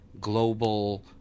global